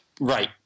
Right